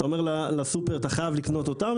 אתה אומר לסופר שהוא חייב לקנות אותם,